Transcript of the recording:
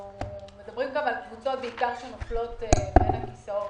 מדברים בעיקר על קבוצות שנופלות בין הכיסאות.